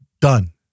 Done